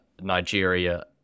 Nigeria